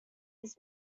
his